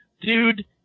dude